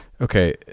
Okay